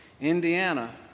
Indiana